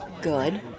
good